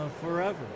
forever